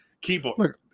keyboard